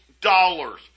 dollars